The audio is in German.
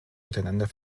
miteinander